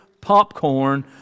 popcorn